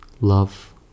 love